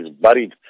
buried